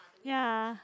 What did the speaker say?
ya